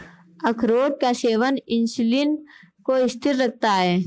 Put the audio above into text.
अखरोट का सेवन इंसुलिन को स्थिर रखता है